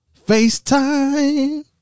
FaceTime